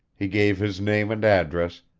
he gave his name and address,